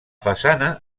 façana